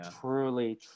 truly